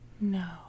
No